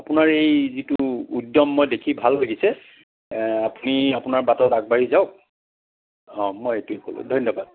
আপোনাৰ এই যিটো উদ্যম মোৰ দেখি ভাল লাগিছে আপুনি আপোনাৰ বাটত আগবাঢ়ি যাওক অ মই এইটোৱে ক'লোঁ ধন্যবাদ